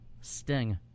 Sting